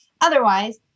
otherwise